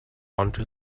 into